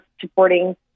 supporting